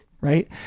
right